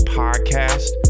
podcast